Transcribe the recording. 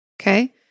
Okay